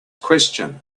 question